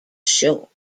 show